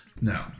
No